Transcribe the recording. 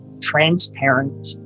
transparent